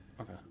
Okay